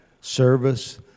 service